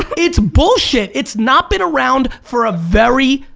it's bullshit, it's not been around for a very,